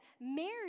Mary